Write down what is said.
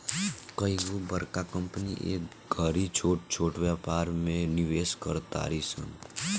कइगो बड़का कंपनी ए घड़ी छोट छोट व्यापार में निवेश कर तारी सन